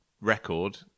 record